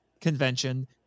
convention